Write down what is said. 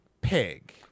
Pig